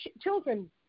children